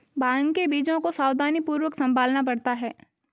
भांग के बीजों को सावधानीपूर्वक संभालना पड़ता है